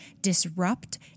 disrupt